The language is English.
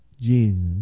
Jesus